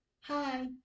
hi